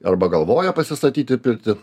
arba galvoja pasistatyti pirtį